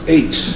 Eight